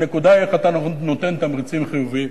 הנקודה היא איך אתה נותן תמריצים חיוביים.